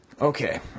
Okay